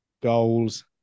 goals